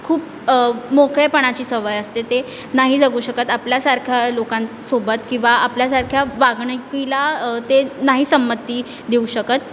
खूप मोकळेपणाची सवय असते ते नाही जगू शकत आपल्यासारख्या लोकांसोबत किंवा आपल्यासारख्या वागणुकीला ते नाही संमती दिऊ शकत